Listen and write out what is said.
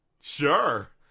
sure